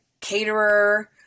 caterer